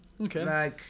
Okay